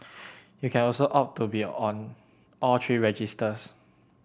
you can also opt to be on all three registers